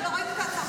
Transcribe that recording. רק אומרת.